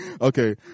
Okay